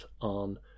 on